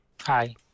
Hi